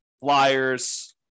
flyers